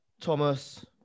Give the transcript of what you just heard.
Thomas